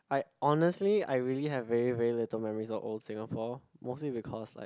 I honestly I really have very very little memories of old Singapore mostly because like